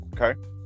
Okay